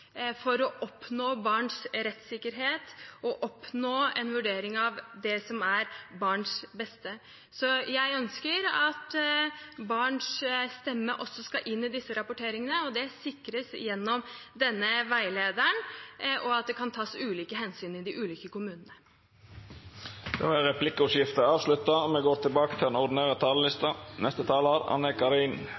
for å ivareta barns rettssikkerhet og få en vurdering av det som er barns beste. Så jeg ønsker at barns stemmer også skal inn i rapporteringen. Det sikres gjennom denne veilederen og ved at det kan tas ulike hensyn i de ulike kommunene. Då er replikkordskiftet